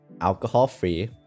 alcohol-free